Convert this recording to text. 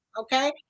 okay